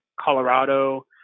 Colorado